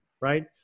right